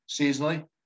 seasonally